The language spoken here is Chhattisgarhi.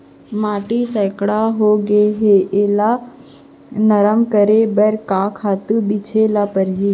माटी सैकड़ा होगे है एला नरम करे बर का खातू छिंचे ल परहि?